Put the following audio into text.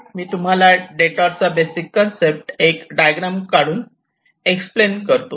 मी तुम्हाला डेटोर चा basic concept एक डायग्राम काढून स्पष्ट करतो